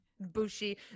bushy